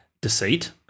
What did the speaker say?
deceit